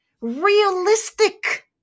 realistic